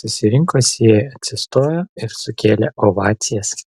susirinkusieji atsistojo ir sukėlė ovacijas